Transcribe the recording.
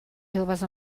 joves